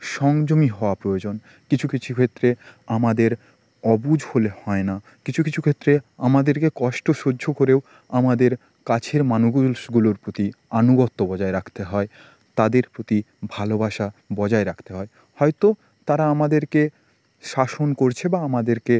সংযমী হওয়া প্রয়োজন কিছু কিছু ক্ষেত্রে আমাদের অবুঝ হলে হয় না কিছু কিছু ক্ষেত্রে আমাদেরকে কষ্ট সহ্য করেও আমাদের কাছের মানুষগুলোর প্রতি আনুগত্য বজায় রাখতে হয় তাদের প্রতি ভালোবাসা বজায় রাখতে হয় হয়তো তারা আমাদেরকে শাসন করছে বা আমাদেরকে